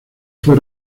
fue